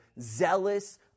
zealous